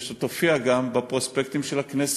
ושתופיע גם בפרוספקטים של הכנסת.